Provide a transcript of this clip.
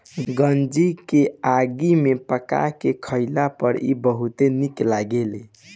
गंजी के आगी में पका के खइला पर इ बहुते निक लगेला